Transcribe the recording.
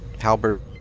Halberd